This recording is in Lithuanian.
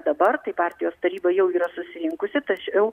dabar tai partijos taryba jau yra susirinkusi tačiau